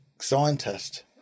scientist